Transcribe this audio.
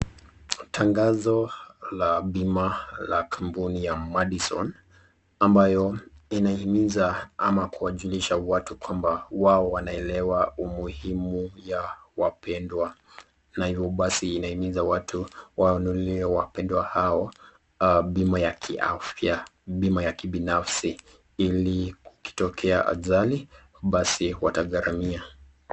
Tangazo la bima la kampuni ya Madison, ambayo inahimiza ama kuwajulisha watu kwamba wao wanaelewa umuhimu wa wapendwa, na hivo basi wanahimiza watu, wanunulie wapendwa hawa bima ya kiafya, bima ya kibinafsi ili kukitokea ajali watagharamia.